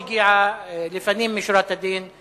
חברת הכנסת רונית תירוש הגיעה, ולפנים משורת הדין,